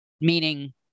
meaning